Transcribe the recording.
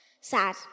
Sad